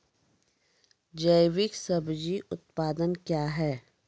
जैविक सब्जी उत्पादन क्या हैं?